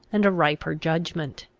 and a riper judgment.